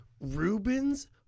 Rubens